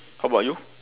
how about you